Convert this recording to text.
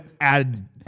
add